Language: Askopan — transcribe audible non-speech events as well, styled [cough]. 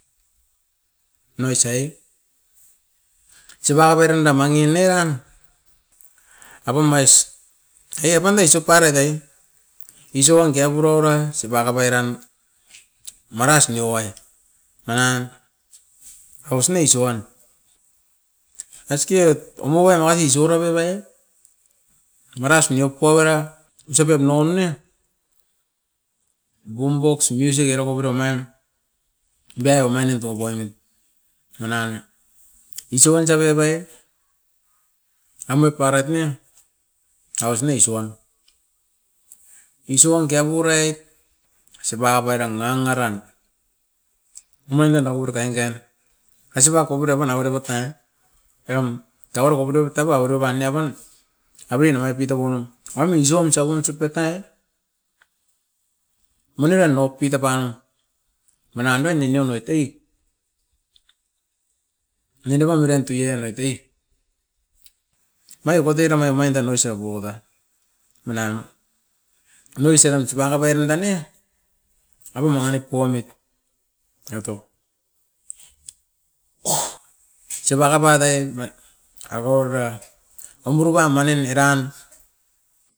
Nao osai sipaka pai ran da mangin neian, apum ais ai apan ai isop parait ai isop wan kekepum roura sipaka pai ran maras nio ai. Nangan aus ne iso wan, aste ot omokan wagi isogoro pipai e maras neop oi vera isop paup noam ne, boom box miusik era kopirio omain biako mainit tou poimit. Manan isioun osa bia biai e amui paraiet ne aus ne isoan, isoan kepuraiet osipa pairam nanga ran, umain dan a wuri kainkain a sipak kupere pan avere pait ai, em tauara kopiroput taua oboro ban neovan, abui namai puito wamin aimi isoun sa buna isop etai, manikan dok pitapam. Manan dan neneon avet ei, nini pan oiran tuiarait ei omai wati ranai omai dan isa bioko tan. Manan a nois eram sunaka pai dera ne, apum mangi nip pomit. Eva top [noise] sipaka pai tan [hesitation] akorora, o home bru bam manin eran